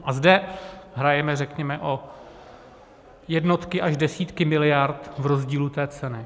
A zde hrajeme řekněme o jednotky až desítky miliard v rozdílu ceny.